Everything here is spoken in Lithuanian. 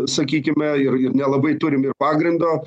sakykime ir ir nelabai turim ir pagrindo